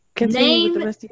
Name